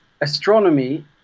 astronomy